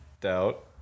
Doubt